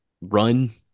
Run